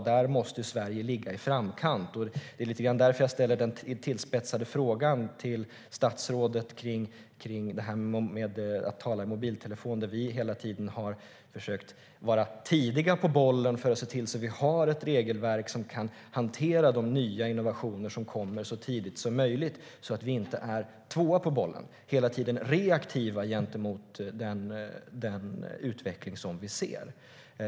Då måste Sverige ligga i framkant. Det är lite grann därför jag ställer den tillspetsade frågan till statsrådet om det här med att tala i mobiltelefon. Vi har hela tiden försökt vara tidiga på bollen för att se till att vi har ett regelverk som så tidigt som möjligt kan hantera de innovationer som kommer så att vi inte är tvåa på bollen och hela tiden reaktiva gentemot den utveckling som vi ser.